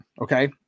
Okay